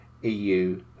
EU